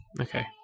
Okay